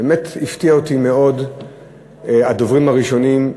באמת הפתיעו אותי מאוד הדוברים הראשונים,